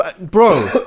Bro